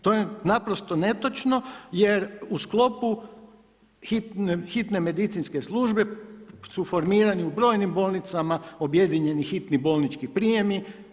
To je naprosto netočno jer u sklopu hitne medicinske službe su formirani u brojnim bolnicama objedinjeni hitni bolnički prijemi.